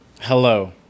Hello